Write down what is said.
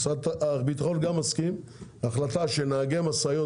משרד הביטחון גם מסכים: החלטה שנהגי משאיות